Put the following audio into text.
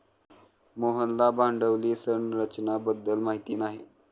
मोहनला भांडवली संरचना बद्दल माहिती नाही